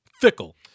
fickle